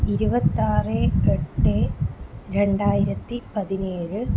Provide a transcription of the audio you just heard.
ഇരുപത്തിയാറ് എട്ട് രണ്ടായിരത്തി പതിനേഴ്